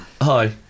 Hi